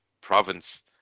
province